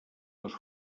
dos